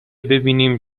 ببینیم